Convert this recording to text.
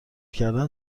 کردن